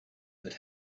that